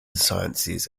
sciences